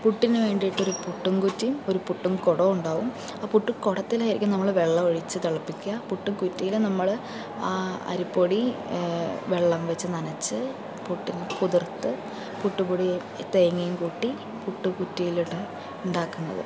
പുട്ടിനു വേണ്ടിയിട്ടൊരു പുട്ടും കുറ്റിയും ഒരു പുട്ടും കുടവും ഉണ്ടാകും ആ പുട്ടു കുടത്തിലായിരിക്കും നമ്മൾ വെള്ളം ഒഴിച്ച് തിളപ്പിക്കുക പുട്ടും കുറ്റിയിൽ നമ്മൾ ആ അരിപ്പൊടി വെള്ളം വച്ച് നനച്ച് പുട്ടിനെ കുതിർത്ത് പുട്ട് പൊടി തേങ്ങയും കൂട്ടി പുട്ട് കുറ്റിയിലാണ് ഉണ്ടാക്കുന്നത്